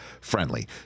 friendly